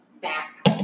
back